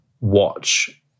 watch